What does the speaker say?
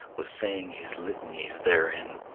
was saying his litanies therein.